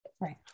Right